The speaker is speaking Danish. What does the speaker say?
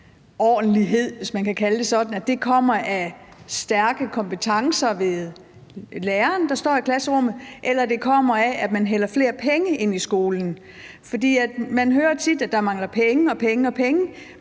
klasserumsordentlighed, hvis man kan kalde det sådan, kommer af stærke kompetencer hos læreren, der står i klasserummet, eller det kommer af, at man hælder flere penge ned i skolen. For man hører tit, at der mangler penge, men for mig